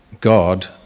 God